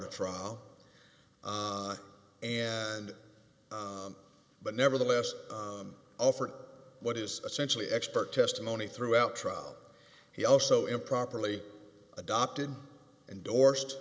to trial and but nevertheless offered what is essentially expert testimony throughout trial he also improperly adopted indorsed